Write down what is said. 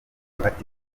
ati